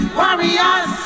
warriors